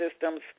systems